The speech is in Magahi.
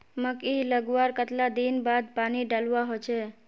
मकई लगवार कतला दिन बाद पानी डालुवा होचे?